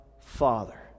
Father